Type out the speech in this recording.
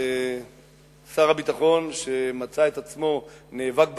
שר הביטחון שמצא את עצמו נאבק בתורה,